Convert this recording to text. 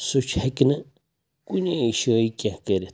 سُہ چھِ ہیٚکہِ نہٕ کُنے شٲیہِ کینٛہہ کٔرِتھ